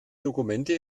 dokumente